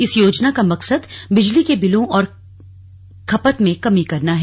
इस योजना का मकसद बिजली के बिलों और खपत में कमी करना है